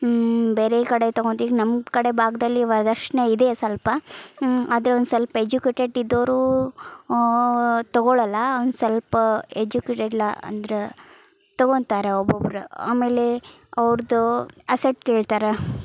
ಬೇರೆ ಕಡೆ ತೊಗೋತ ಈಗ ನಮ್ಮ ಕಡೆ ಭಾಗದಲ್ಲಿ ವರದಕ್ಷ್ಣೆ ಇದೆ ಸ್ವಲ್ಪ ಆದರೆ ಒಂದು ಸ್ವಲ್ಪ ಎಜ್ಯುಕೇಟೆಡ್ ಇದ್ದವ್ರು ತೊಗೊಳ್ಳೋಲ್ಲ ಒಂದು ಸ್ವಲ್ಪ ಎಜ್ಯುಕೇಟೆಡ್ ಇಲ್ಲ ಅಂದ್ರೆ ತೊಗೋತಾರೆ ಒಬ್ಬೊಬ್ಬರು ಆಮೇಲೆ ಅವ್ರದ್ದು ಅಸೆಟ್ ಕೇಳ್ತಾರೆ